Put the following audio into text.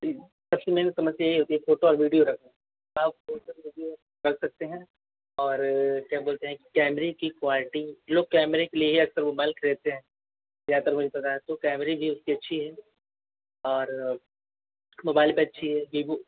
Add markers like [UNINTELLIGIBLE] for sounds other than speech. जी सबसे मेन समस्या यही होती है फोटो और वीडियो रखें आप कौन सा भी [UNINTELLIGIBLE] कर सकते हैं और क्या बोलते हैं कि कैमेरे की क्वालिटी लोग कैमरे के लिए ही अक्सर मोबाइल खरीदते हैं ज़्यादातर वही प्रकार तो कैमरे भी उसकी अच्छी है और मोबाइल भी अच्छी है बीबो